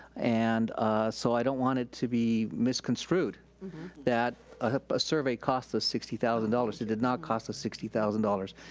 and so i don't want it to be misconstrued that a survey cost us sixty thousand dollars. it did not cost us sixty thousand dollars.